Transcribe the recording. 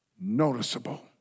noticeable